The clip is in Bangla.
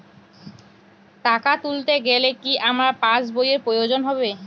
টাকা তুলতে গেলে কি আমার পাশ বইয়ের প্রয়োজন হবে?